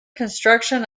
construction